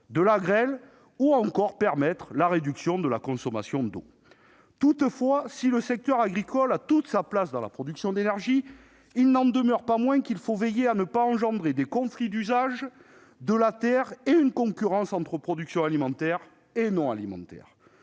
de la grêle -ou encore de permettre de réduire la consommation d'eau. Toutefois, si le secteur agricole a toute sa place dans la production d'énergie, il n'en demeure pas moins qu'il faut veiller à ne pas engendrer des conflits d'usage de la terre et une concurrence entre production alimentaire et production non alimentaire.